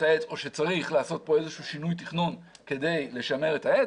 העץ או שצריך לעשות כאן איזשהו שינוי תכנון כדי לשמר את העץ.